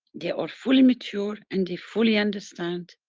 they are fully mature and they fully understand.